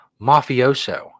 mafioso